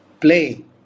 play